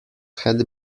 had